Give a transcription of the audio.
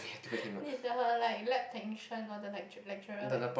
need tell her like lab technician or the lecture lecturer like